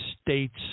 States